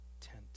tent